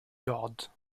god